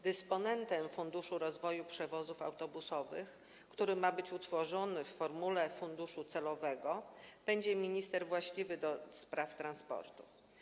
Dysponentem funduszu rozwoju przewozów autobusowych, który ma być utworzony w formule funduszu celowego, będzie minister właściwy do spraw transportu.